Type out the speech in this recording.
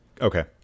okay